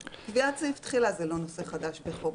קביעת סעיף תחילה זה לא נושא חדש בחוק,